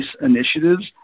initiatives